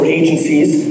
agencies